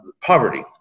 poverty